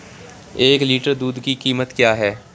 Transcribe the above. एक लीटर दूध की कीमत क्या है?